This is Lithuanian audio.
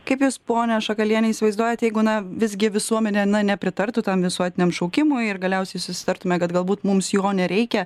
kaip jūs ponia šakaliene įsivaizduojat jeigu na visgi visuomenė na nepritartų tam visuotiniam šaukimui ir galiausiai susitartume kad galbūt mums jo nereikia